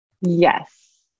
Yes